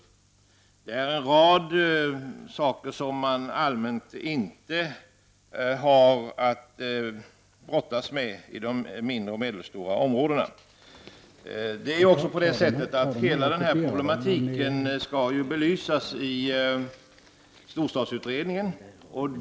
Det är en rad saker som man allmänt inte har att brottas med i de mindre och medelstora områdena. Hela den här problematiken skall belysas i storstadsutredningen.